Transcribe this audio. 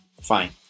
fine